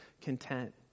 content